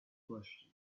question